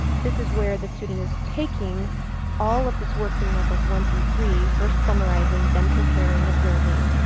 this is where the student is taking all of this work from levels one through three, first summarizing, then comparing, observing,